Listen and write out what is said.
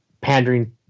pandering